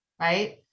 right